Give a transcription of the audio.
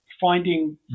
finding